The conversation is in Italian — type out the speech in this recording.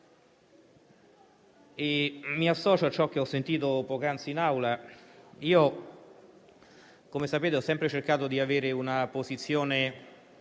Mi associo a ciò che ho ascoltato poc'anzi in Aula. Come sapete, ho sempre cercato di avere una posizione